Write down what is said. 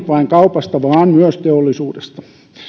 vain kaupasta vaan myös teollisuudesta